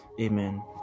amen